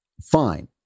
Fine